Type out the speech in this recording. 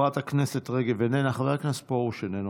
חברת הכנסת רגב, איננה, חבר הכנסת פרוש, איננו,